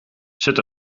zit